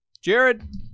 Jared